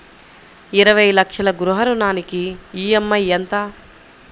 ఇరవై లక్షల గృహ రుణానికి ఈ.ఎం.ఐ ఎంత?